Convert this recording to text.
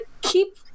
keep